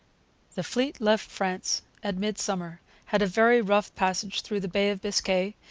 the fleet left france at midsummer, had a very rough passage through the bay of biscay,